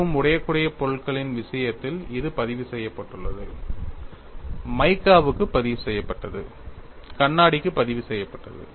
மிகவும் உடையக்கூடிய பொருட்களின் விஷயத்தில் இது பதிவு செய்யப்பட்டுள்ளது மைக்காவுக்கு பதிவு செய்யப்பட்டது கண்ணாடிக்கு பதிவு செய்யப்பட்டது